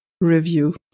review